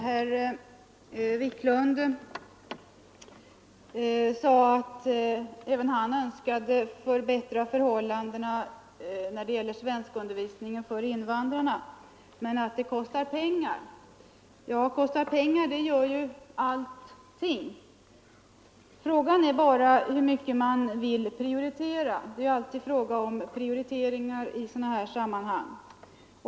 Herr talman! Herr Wiklund sade att även han önskade förbättra förhållandena när det gäller svenskundervisning för invandrare, men att det kostar pengar. Ja, kostar pengar gör ju allting. Frågan är bara vad man vill prioritera i sådana här sammanhang.